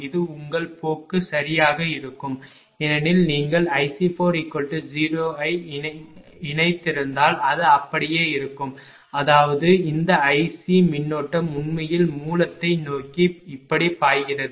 இது உங்கள் போக்கு சரியாக இருக்கும் ஏனெனில் நீங்கள் iC40 ஐ இணைத்திருந்தால் அது அப்படியே இருக்கும் அதாவது இந்த iC மின்னோட்டம் உண்மையில் மூலத்தை நோக்கி இப்படி பாய்கிறது